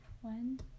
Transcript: one